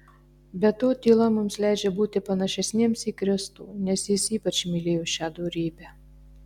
be to tyla mums leidžia būti panašesniems į kristų nes jis ypač mylėjo šią dorybę